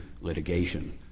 litigation